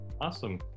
Awesome